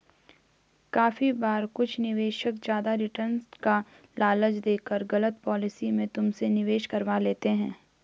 काफी बार कुछ निवेशक ज्यादा रिटर्न का लालच देकर गलत पॉलिसी में तुमसे निवेश करवा लेते हैं